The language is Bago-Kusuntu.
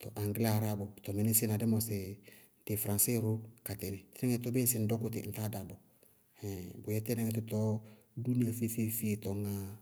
Tɔɔ aŋgɩlɛɛ, aráab, mɩnɩsɩɩ dí mɔsɩɩ dɩ fraŋsɛɛ ró ka tɩnɩ. Tínɩŋɛ tʋ biɩuŋ dɔkʋ tí ŋtáa dáŋ bɔɔ, ɛhɛɛŋ bʋyɛ tínɩŋɛ tʋtɔɔ dúúnia feé-feé-feé tɔñŋáá yá.